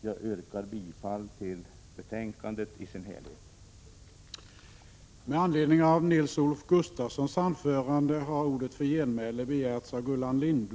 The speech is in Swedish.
Jag yrkar bifall till utskottets hemställan.